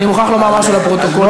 אני מוכרח להגיד משהו לפרוטוקול.